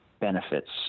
benefits